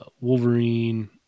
Wolverine